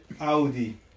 Audi